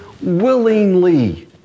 willingly